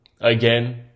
Again